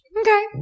Okay